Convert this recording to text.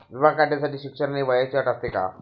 विमा काढण्यासाठी शिक्षण आणि वयाची अट असते का?